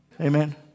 Amen